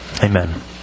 Amen